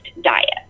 diet